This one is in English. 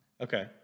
Okay